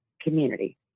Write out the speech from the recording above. community